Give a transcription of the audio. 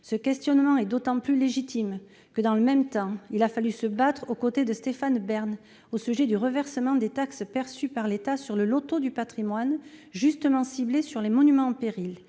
Ce questionnement est d'autant plus légitime que, dans le même temps, il a fallu se battre aux côtés de Stéphane Bern au sujet du reversement des taxes perçues par l'État sur le loto du patrimoine, justement fléché vers les monuments en péril,